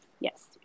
Yes